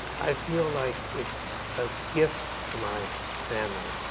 i feel like it's a gift to my family,